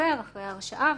אחר אחרי הרשעה.